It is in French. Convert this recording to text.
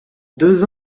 deux